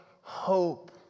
hope